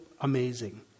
amazing